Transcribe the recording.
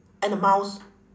and a mouse